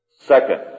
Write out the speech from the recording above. Second